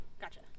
gotcha